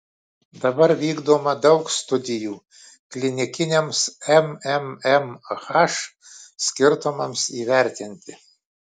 dabar vykdoma daug studijų klinikiniams mmmh skirtumams įvertinti